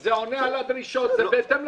זה עונה על הדרישות ובהתאם לסטנדרט.